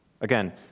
Again